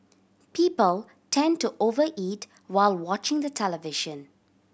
people tend to over eat while watching the television